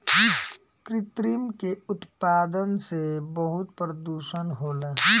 कृत्रिम के उत्पादन से बहुत प्रदुषण होला